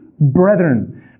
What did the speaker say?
Brethren